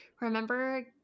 remember